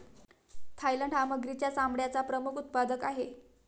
Thailand हा मगरीच्या चामड्याचा प्रमुख उत्पादक आहे